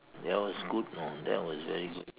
ya was good you know that was very good